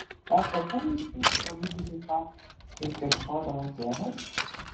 ar dabar jis kiurkso lygiai taip pat kaip kiurksodavo tėvas